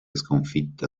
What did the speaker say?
sconfitta